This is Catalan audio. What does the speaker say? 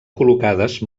col·locades